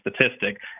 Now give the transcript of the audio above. statistic